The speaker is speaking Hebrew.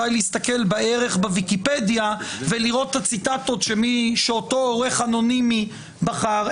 די להסתכל בערך בוויקיפדיה ולראות את הציטטות שאותו עורך אנונימי בחר,